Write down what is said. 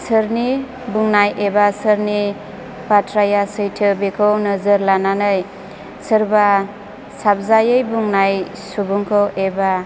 सोरनि बुंनाय एबा सोरनि बाथ्राया सैथो बेखौ नोजोर लानानै सोरबा साबजायै बुंनाय सुबुंखौ एबा